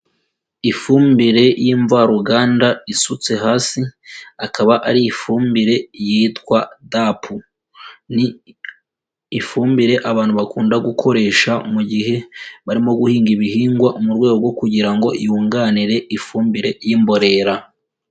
Ifumbire y'imvaruganda isutse hasi, akaba ari ifumbire yitwa DAP, ni ifumbire abantu bakunda gukoresha mu gihe barimo guhinga ibihingwa mu rwego rwo kugira ngo yunganire ifumbire y'imborera.